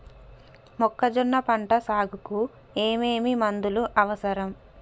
మొక్కజొన్న పంట సాగుకు ఏమేమి మందులు అవసరం?